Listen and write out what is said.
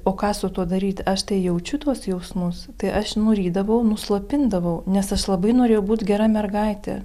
o ką su tuo daryti aš tai jaučiu tuos jausmus tai aš nurydavau nuslopindavau nes aš labai norėjau būt gera mergaite